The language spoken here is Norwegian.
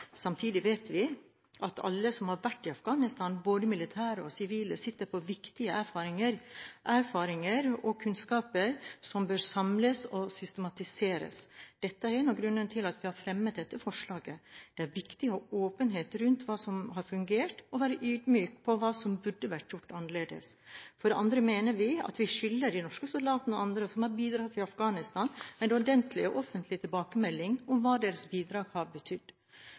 Samtidig vet vi at alle som har vært i Afghanistan, både militære og sivile, sitter på viktig erfaringer og kunnskaper som bør samles og systematiseres. Dette er en av grunnene til at vi har fremmet forslaget. Det er viktig å ha åpenhet rundt hva som har fungert, og være ydmyk om hva som burde vært gjort annerledes. For det andre mener vi at vi skylder de norske soldatene og andre som har bidratt i Afghanistan, en ordentlig og offentlig tilbakemelding om hva deres bidrag har betydd.